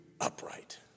upright